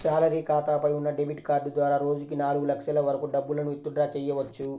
salary ఖాతాపై ఉన్న debit card ద్వారా రోజుకి నాలుగు లక్షల వరకు డబ్బులను విత్ డ్రా చెయ్యవచ్చు